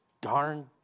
darn